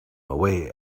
away